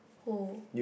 who